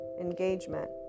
engagement